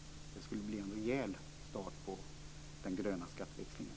Det skulle bli en rejäl start på den gröna skatteväxlingen.